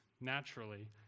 naturally